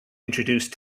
introduce